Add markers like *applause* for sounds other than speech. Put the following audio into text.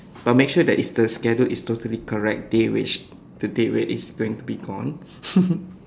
but make sure that is the schedule is totally correct day which the day where it's going to be gone *laughs*